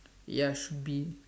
ya should be